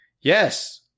yes